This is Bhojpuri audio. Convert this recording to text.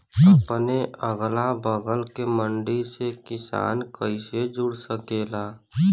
अपने अगला बगल के मंडी से किसान कइसे जुड़ सकेला?